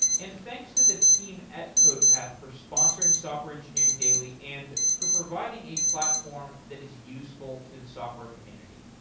and thanks to the team at codepath for sponsoring software engineering daily and for providing a platform that is useful to the software community